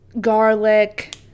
garlic